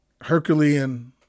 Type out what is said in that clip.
Herculean